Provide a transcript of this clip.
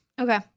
Okay